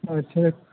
اور پھر